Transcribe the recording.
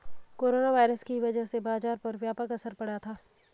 corona virus की वजह से बाजार पर व्यापक असर पड़ा था